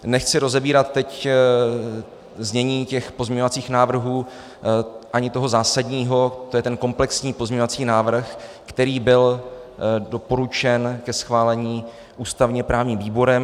Nechci teď rozebírat znění těch pozměňovacích návrhů, ani toho zásadního, to je ten komplexní pozměňovací návrh, který byl doporučen ke schválení ústavněprávním výborem.